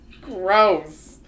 Gross